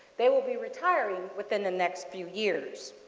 they will be retiring within the next few years.